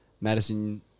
Madison